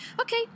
Okay